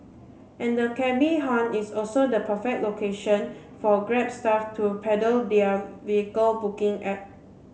and the cabby haunt is also the perfect location for Grab staff to peddle their vehicle booking app